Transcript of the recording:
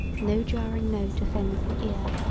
no jarring note offends the ear.